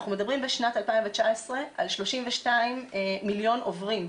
אנחנו מדברים בשנת 2019 על 32 מיליון עוברים,